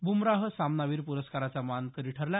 बुमराह सामनावीर प्रस्काराचा मानकरी ठरला